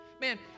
Man